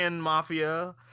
mafia